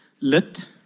lit